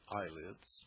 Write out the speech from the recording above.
eyelids